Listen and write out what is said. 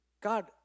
God